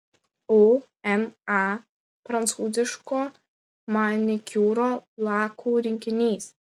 uma prancūziško manikiūro lakų rinkinys